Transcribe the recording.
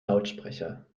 lautsprecher